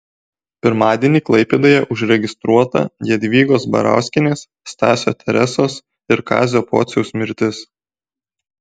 pirmadienį klaipėdoje užregistruota jadvygos barauskienės stasio teresos ir kazio pociaus mirtis